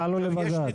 תעלו לבג"צ.